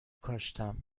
کاشتم